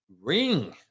ring